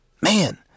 Man